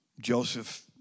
Joseph